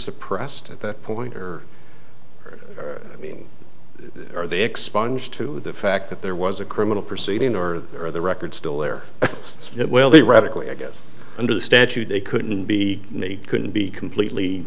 suppressed at that point or i mean are they expunged to the fact that there was a criminal proceeding or are the records still there it will be radically i guess under the statute they couldn't be made couldn't be completely